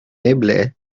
eble